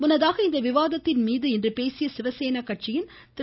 முன்னதாக இந்த விவாதத்தின் மீது இன்று பேசிய சிவசேனா கட்சியின் திரு